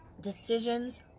decisions